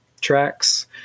tracks